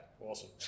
Awesome